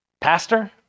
Pastor